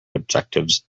objectives